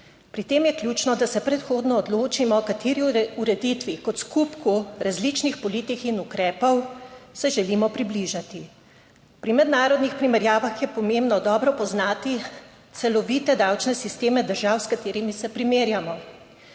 Pri tem je ključno, da se predhodno odločimo, kateri ureditvi kot skupku različnih politik in ukrepov se želimo približati. Pri mednarodnih primerjavah je pomembno dobro poznati celovite davčne sisteme držav, s katerimi se primerjamo.